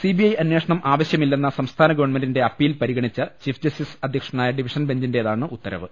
CBI അന്വേഷണം ആവ ശൃമില്ലെന്ന സംസ്ഥാന ഗവൺമെന്റിന്റെ അപ്പീൽ പരിഗണിച്ച ചീഫ് ജസ്റ്റിസ് അധ്യക്ഷനായ ഡിവിഷൻ ബെഞ്ചിന്റേതാണ് ഉത്ത രവ്